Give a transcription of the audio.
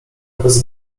bez